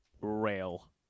Rail